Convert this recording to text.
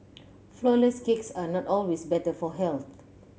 flourless cakes are not always better for health